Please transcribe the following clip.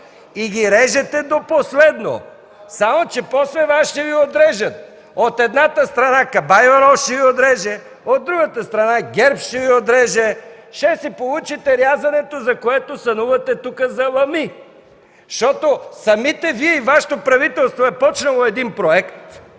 И ги режете до последно! Само че после Вас ще Ви отрежат! От едната страна Кабаиванов ще Ви отреже, от другата страна ГЕРБ ще Ви отреже! Ще си получите рязането, за което сънувате тук – за лами! Самите Вие, Вашето правителство е започнало един проект,